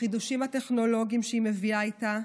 החידושים הטכנולוגיים שהיא מביאה איתה,